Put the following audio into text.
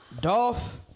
Dolph